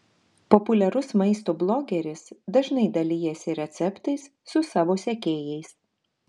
populiarus maisto blogeris dažnai dalijasi receptais su savo sekėjais